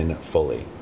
fully